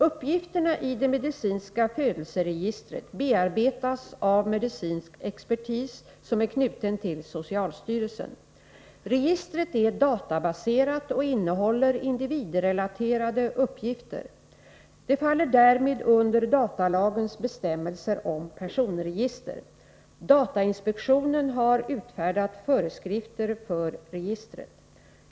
Uppgifterna i det medicinska födelseregistret bearbetas av medicinsk expertis som är knuten till socialstyrelsen. Registret är databaserat och innehåller individrelaterade uppgifter. Det faller därmed under datalagens bestämmelser om personregister. Datainspektionen har utfärdat föreskrifter för registret.